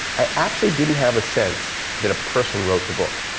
i actually didn't have a sense that a person wrote the book.